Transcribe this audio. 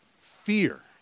fear